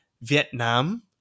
Vietnam